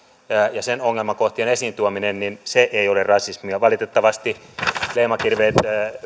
ja sen ongelmakohtien esiin tuominen ei ole rasismia valitettavasti leimakirveet